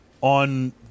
on